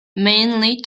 mainly